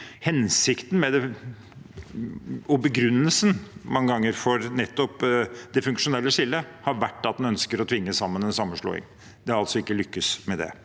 mange ganger begrunnelsen for det funksjonelle skillet har vært at man ønsker å tvinge gjennom en sammenslåing. Man har altså ikke lyktes med det.